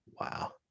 Wow